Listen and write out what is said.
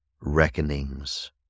reckonings